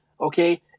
okay